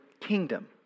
kingdom